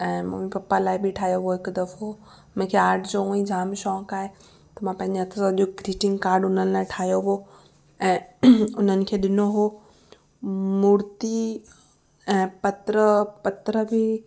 ऐं mummy papa लाइ बि ठाहियो हुओ हिकु दफ़ो मूंखे आर्ट जो हूंअं ई जाम शौक़ु आहे त मां पंहिंजे हथ सां जो ग्रीटिंग कार्ड हुननि लाइ ठाहियो हुओ ऐं उन्हनि खे ॾिनो हो मुर्ति ऐं पत्र पत्र बि